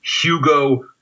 Hugo